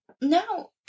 No